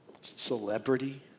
Celebrity